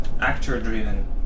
actor-driven